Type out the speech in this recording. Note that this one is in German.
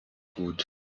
gut